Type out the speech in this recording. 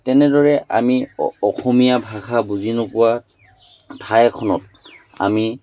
তেনেদৰে আমি অসমীয়া ভাষা বুজি নোপোৱা ঠাই এখনত আমি